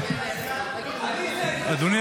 אדוני